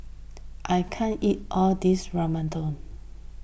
I can't eat all this Ramyeon